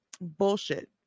bullshit